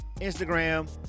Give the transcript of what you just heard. Instagram